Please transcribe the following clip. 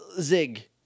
zig